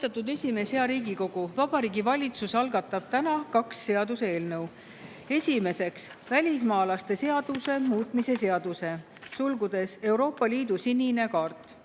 Austatud esimees! Hea Riigikogu! Vabariigi Valitsus algatab täna kaks seaduseelnõu. Esimeseks, välismaalaste seaduse muutmise seaduse (Euroopa Liidu sinine kaart)